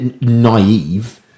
naive